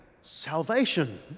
salvation